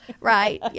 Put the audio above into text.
right